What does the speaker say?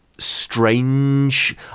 strange